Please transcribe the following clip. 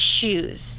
shoes